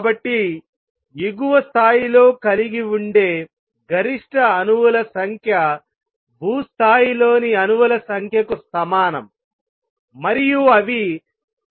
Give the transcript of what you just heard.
కాబట్టి ఎగువ స్థాయిలో కలిగి ఉండే గరిష్ట అణువుల సంఖ్య భూస్థాయిలోని అణువుల సంఖ్యకు సమానం మరియు అవి సమానంగా విభజించబడతాయి